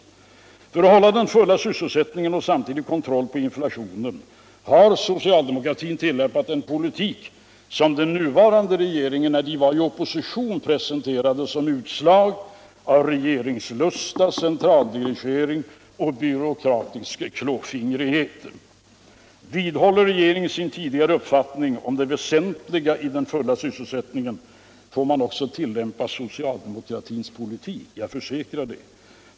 För att upprätthålla den fulla sysselsättningen och samtidigt hålla kontroll på inflationen har socialdemokratin tillimpat en politik som den nuvarande regeringen i opposilionsställning berecknade som utslag av regleringslusta, centraldirigering och byråkratisk klåfingrighet. Vidhåller regeringen sin tidigare uppfattning om det väsentliga i den fultla svsselsättningen, får man också tillämpa socialdemokratins politik — jag försäkrar det.